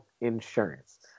insurance